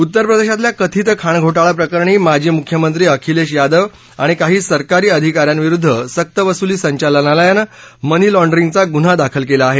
उत्तर प्रदेशातल्या कथित खाणघोटाळा प्रकरणी माजी मुख्यमंत्री अखिलेश यादव आणि काही सरकारी आधिका यांविरुद्ध सक्तवसुली संचालनालयानं मनी लाँडरिंगचा गुन्हा दाखल केला आहे